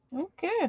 Okay